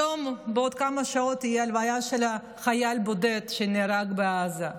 היום בעוד כמה שעות תהיה ההלוויה של החייל הבודד שנהרג בעזה.